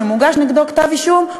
שמוגש נגדו כתב אישום,